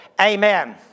Amen